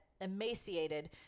emaciated